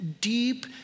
Deep